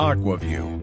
AquaView